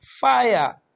fire